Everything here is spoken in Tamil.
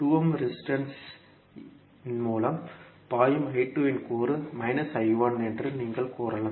2 ஓம் ரெசிஸ்டன்ஸ் இன் மூலம் பாயும் இன் கூறு என்று நீங்கள் கூறலாம்